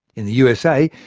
in the usa,